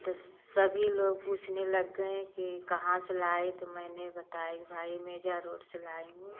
तो सभी लोग पूछने लग गए कि कहाँ से लाए तो मैंने बताया कि भाई मेजा रोड से लाई हूँ